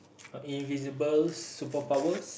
a invisible super powers